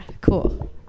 cool